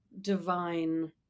divine